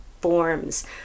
forms